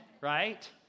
Right